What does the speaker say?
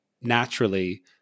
naturally